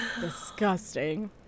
disgusting